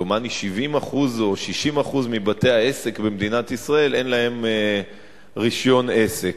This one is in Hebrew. דומני של-70% או 60% מבתי-העסק במדינת ישראל אין רשיון עסק.